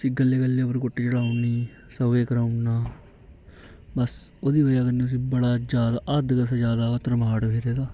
उस्सी गल्लै गल्लै उप्पर कुट्ट चढ़ाई ओड़नी सब्भ किश कराई ओड़ना बस ओह्दी बजह् कन्नै उस्सी बड़ा जैदा हद्द कशा जैदा उ'आं धरमाड़ फिरे दा